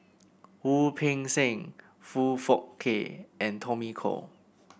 Wu Peng Seng Foong Fook Kay and Tommy Koh